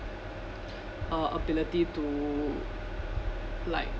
uh ability to like